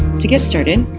to get started,